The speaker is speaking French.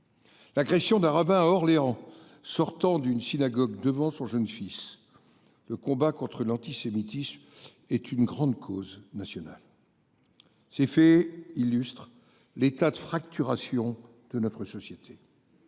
L'agression d'arabins à Orléans sortant d'une synagogue devant son jeune fils. Le combat contre l'antisémitisme est une grande cause nationale. Ces faits illustrent l'état de fracturation de notre société.